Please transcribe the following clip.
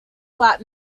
flat